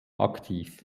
aktiv